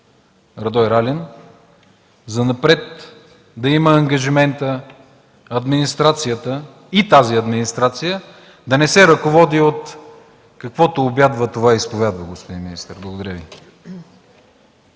Радой Ралин – занапред да има ангажимента и тази администрация, да не се ръководи от „каквото обядва, това изповядва”, господин министър. Благодаря Ви.